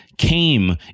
came